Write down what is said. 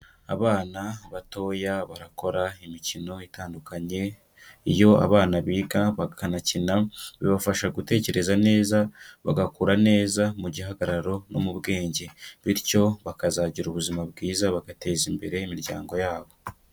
Abana batoya barakora imikino itandukanye, iyo abana biga bakanakina bibafasha gutekereza neza bagakura neza mu gihagararo no mu bwenge, bityo bakazagira ubuzima bwiza bagateza imbere imiryango yabo.